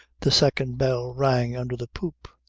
the second bell rang under the poop.